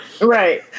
Right